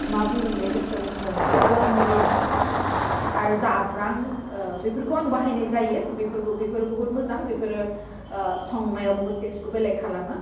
मा बुंगोन बे गोसोम गोसोम गल मरिस आरो जाब्रां बिफोरखो आं बाहायनाय जायो बिफोरखौ बिफोर बुहुत मोजां बिफोरो संनायाव बुहुत टेस्टखौ बुहुत खालामो